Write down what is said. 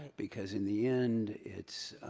because in the end, it's